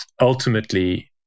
ultimately